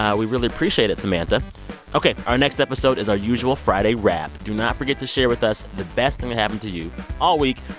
we really appreciate it, samantha ok. our next episode is our usual friday wrap. do not forget to share with us the best thing that happened to you all week.